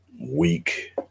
Week